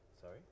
Sorry